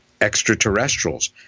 extraterrestrials